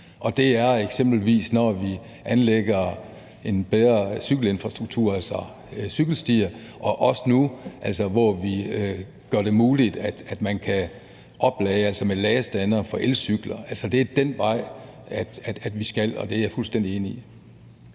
det er eksempelvis, når vi anlægger en bedre cykelinfrastruktur, altså cykelstier, også nu, hvor vi gør det muligt, at man kan oplade ved ladestandere for elcykler. Altså, at det er den vej, vi skal, og det er jeg fuldstændig enig i.